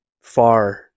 far